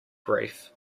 grief